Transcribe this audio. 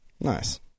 Nice